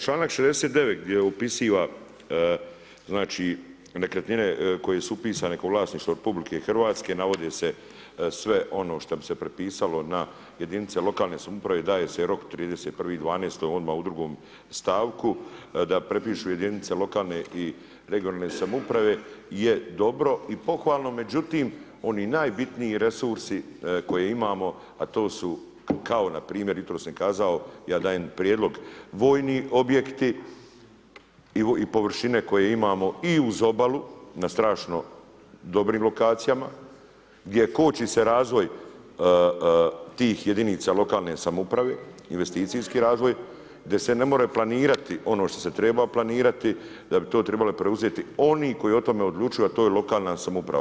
Članak 69. gdje opisiva nekretnine koje su upisane kao vlasništvo RH navode se sve ono što bi se prepisalo na jedinice lokalne samouprave daje se rok 31.12. odma u 2. stavku da prepišu jedinice lokalne i regionalne samouprave je dobro i pohvalno, međutim oni najbitniji resursi koje imamo, a to kao npr. jutros sam kazao ja dajem prijedlog, vojni objekti i površine koje imamo i uz obalu na strašno dobrim lokacijama gdje koči se razvoj tih jedinica lokalne samouprave, investicijski razvoj gdje se ne more planirati ono što se treba planirati, da bi to trebali preuzeti oni koji o tome odlučuju, a to je lokalna samouprava.